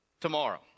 tomorrow